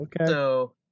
Okay